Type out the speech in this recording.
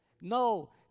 No